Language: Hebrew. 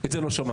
את זה לא שמעתי.